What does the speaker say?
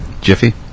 Jiffy